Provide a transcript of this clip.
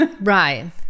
Right